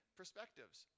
perspectives